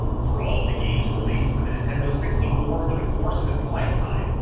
for all of the games released for the nintendo sixty four over the course of its lifetime,